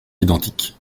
identiques